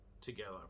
together